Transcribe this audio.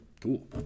cool